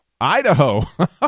Idaho